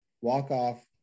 Walk-off